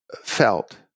felt